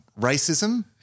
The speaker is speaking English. racism